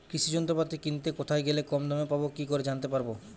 কৃষি যন্ত্রপাতি কিনতে কোথায় গেলে কম দামে পাব কি করে জানতে পারব?